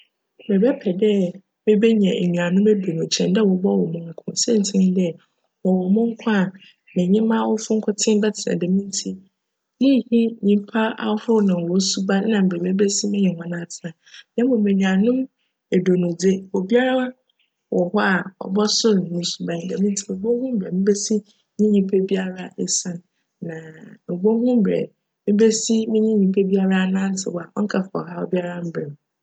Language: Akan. Mebjpj dj mebenya enuanom eduonu kyjn dj wcbc wo mo nko siantsir nye dj, wcwo mo nko a, menye m'awofo nkotsee bjtsena djm ntsi munnhu nyimpa ahorow na hcn suban na mbrj wobesi nye hcn atsena na mbom enuanom eduonu dze, obiara wc hc a, cbcsor no suban djm ntsi mobohu mbrj mebesi nyimpa biara esian na mobohu mbrj menye nyimpa biara bjnantsew a cnnkjfa haw biara mmbrj me.